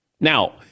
Now